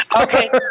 Okay